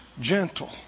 gentle